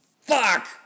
fuck